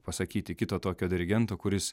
pasakyti kito tokio dirigento kuris